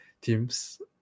teams